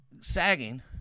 sagging